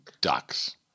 Ducks